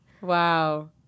Wow